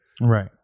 Right